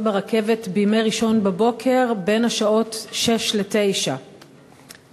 ברכבת בימי ראשון בבוקר בין 06:00 ל-09:00.